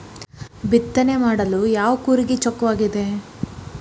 ಬಿತ್ತನೆ ಮಾಡಲು ಯಾವ ಕೂರಿಗೆ ಚೊಕ್ಕವಾಗಿದೆ?